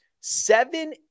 seven